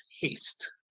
haste